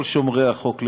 כל שומרי החוק למיניהם,